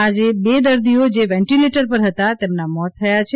આજે બે દર્દીઓ જે વેન્ટીલેટર પર હતા તેમના મોત થયાં છે